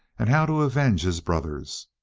and how to avenge his brothers.